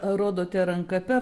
rodote ranka per